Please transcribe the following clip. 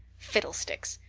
fiddlesticks!